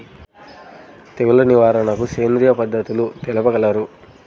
తెగులు నివారణకు సేంద్రియ పద్ధతులు తెలుపగలరు?